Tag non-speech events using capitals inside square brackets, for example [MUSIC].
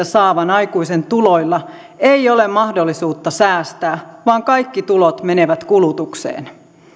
[UNINTELLIGIBLE] saavan aikuisen tuloilla ei ole mahdollisuutta säästää vaan kaikki tulot menevät kulutukseen